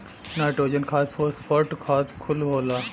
nitrogen खाद phosphate खाद कुल होला